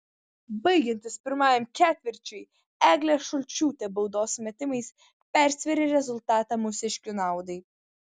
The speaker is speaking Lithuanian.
baigiantis pirmajam ketvirčiui eglė šulčiūtė baudos metimais persvėrė rezultatą mūsiškių naudai